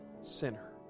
sinner